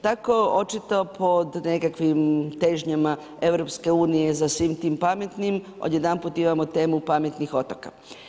Tako očito pod nekakvim težnjama EU, za svim tim pametnim odjedanput imamo temu pametnih otoka.